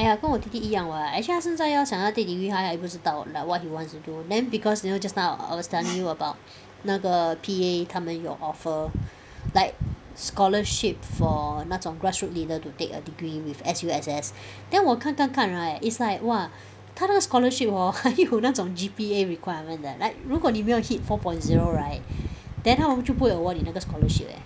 !aiya! 跟我弟弟一样 [what] actually 他现在要想要 take degree 他还不知道 like what he wants to do then because you know just now I was telling you about 那个 P_A 他们有 offer like scholarship for 那种 grassroot leader to take a degree with S_U_S_S then 我看看看 right it's like !wah! 他那个 scholarship hor 还有那种 G_P_A requirement 的 like 如果你没有 hit four point zero right then 他们就不会 award 你那个 scholarship leh